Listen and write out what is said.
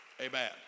Amen